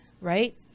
Right